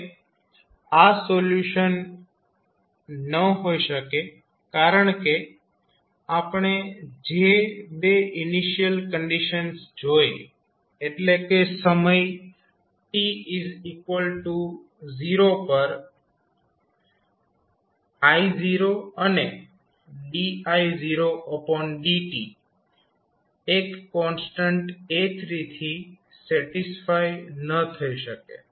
હવે આ સોલ્યુશન ન હોઈ શકે કારણ કે આપણે જે બે ઇનિશિયલ કંડીશન્સ જોઇ એટલે કે સમય t0 પર i અને didt એક કોન્સ્ટન્ટ A3 થી સેટિસ્ફાય ન થઈ શકે